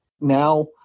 now